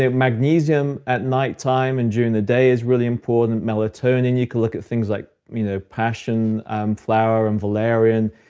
ah magnesium at nighttime and during the day is really important. melatonin, you can look at things like you know passion um flower and valerian.